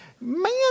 Man